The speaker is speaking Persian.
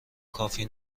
کافی